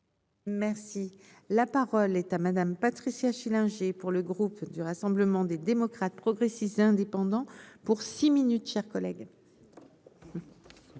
Merci, la parole est à Madame Patricia Schillinger pour le groupe du Rassemblement des démocrates progressistes et indépendants pour six minutes chers collègues.